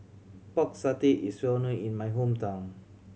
Pork Satay is well known in my hometown